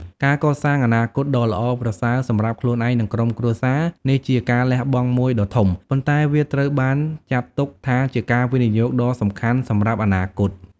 ការកសាងអនាគតដ៏ល្អប្រសើរសម្រាប់ខ្លួនឯង និងក្រុមគ្រួសារ នេះជាការលះបង់មួយដ៏ធំ ប៉ុន្តែវាត្រូវបានចាត់ទុកថាជាការវិនិយោគដ៏សំខាន់សម្រាប់អនាគត។